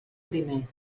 primer